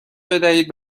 بدهید